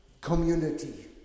community